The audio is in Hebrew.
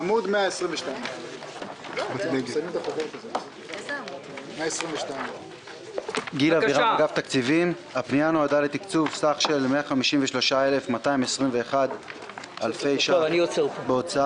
עמ' 122. הפנייה נועדה לתקצוב של סך 153,221 אלפי ש"ח בהוצאה